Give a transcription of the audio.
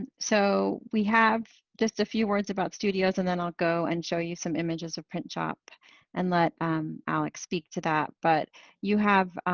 so we have just a few words about studios and then i'll go and show you some images of printshop and let um alex speak to that. but you have,